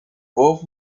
both